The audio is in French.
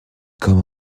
comme